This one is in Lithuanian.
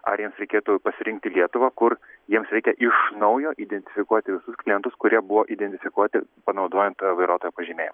ar jiems reikėtų pasirinkti lietuvą kur jiems reikia iš naujo identifikuoti visus klientus kurie buvo identifikuoti panaudojant vairuotojo pažymėjimą